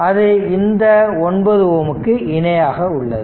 அது இந்த 9 ஓம் க்கு இணையாக உள்ளது